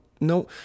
No